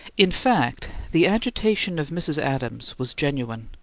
in fact, the agitation of mrs. adams was genuine,